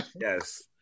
Yes